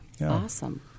Awesome